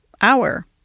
hour